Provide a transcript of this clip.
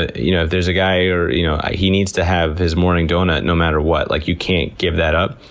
you know if there's a guy and you know he needs to have his morning donut no matter what, like you can't give that up,